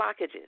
blockages